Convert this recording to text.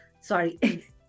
sorry